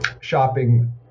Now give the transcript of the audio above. shopping